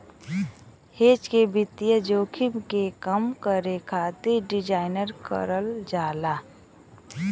hedge के वित्तीय जोखिम के कम करे खातिर डिज़ाइन करल जाला